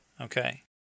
Okay